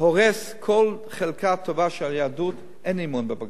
הורג כל חלקה טובה של היהדות, אין אמון בבג"ץ.